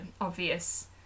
obvious